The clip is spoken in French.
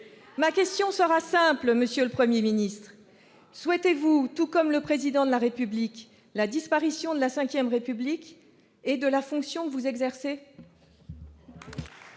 Ma question est simple : le Premier ministre souhaite-t-il, tout comme le Président de la République, la disparition de la V République et de la fonction qu'il exerce ?